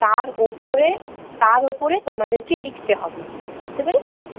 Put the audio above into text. তার ওপরে তার ওপরে তোমাদেরকে লিখতে হবে বুঝতে পেরেছো